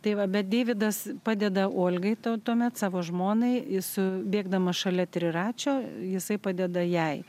tai va bet deividas padeda olgai tau tuomet savo žmonai i su bėgdamas šalia triračio jisai padeda jai